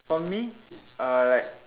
for me uh like